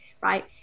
right